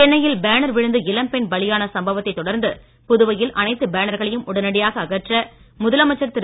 சென்னையில் பேனர் விழுந்து இளம் பெண் பலியான சம்பவத்தைத் தொடர்ந்து புதுவையில் அனைத்து பேனர்களையும் உடனடியாக அகற்ற முதலமைச்சர் திரு